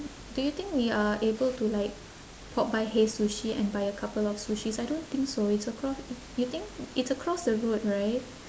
do you think we are able to like pop by hei sushi and buy a couple of sushis I don't think so it's acro~ you think it's across the road right